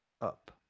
up